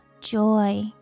joy